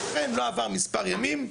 ואכן לא עבר מספר ימים,